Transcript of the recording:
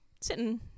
sitting